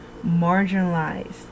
marginalized